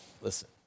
Listen